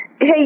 Hey